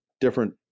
different